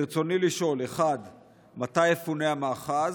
ברצוני לשאול: 1. מתי יפונה המאחז?